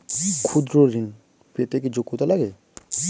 ক্ষুদ্র ঋণ পেতে কি যোগ্যতা লাগে?